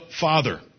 Father